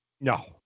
No